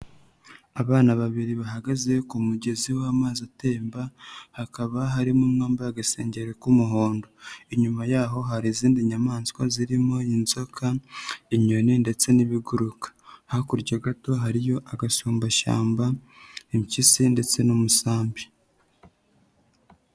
Abana babiri bahagaze ku mugezi w'amazi atemba, hakaba harimo umwe wambaye agasengeri k'umuhondo. Inyuma yaho hari izindi nyamaswa zirimo inzoka, inyoni ndetse n'ibiguruka. Hakurya gato hariyo agasumbashyamba, impyisi ndetse n'umusambi.